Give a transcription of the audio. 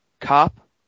Cop